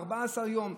14 יום?